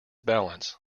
balance